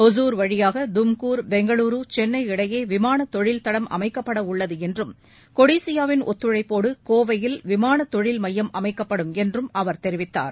ஒசூர் வழியாக தும்கூர் பெங்களூரு சென்னை இடையே விமான தொழில் தடம் அமைக்கப்பட உள்ளது என்றும் கொடிசியாவின் ஒத்துழைப்போடு கோவையில் விமான தொழில் மையம் அமைக்கப்படும் என்றும் அவர் தெரிவித்தார்